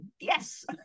yes